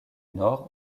nord